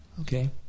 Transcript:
Okay